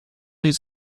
east